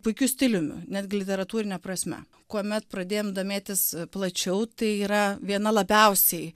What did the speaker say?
puikiu stiliumi netgi literatūrine prasme kuomet pradėjom domėtis plačiau tai yra viena labiausiai